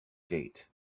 gate